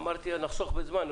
אמרתי שנחסוך בזמן.